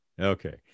okay